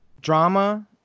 drama